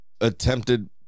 attempted